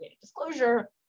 disclosure